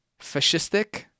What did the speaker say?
fascistic